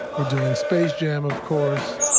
we're doing space jam of course,